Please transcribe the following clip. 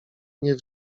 nie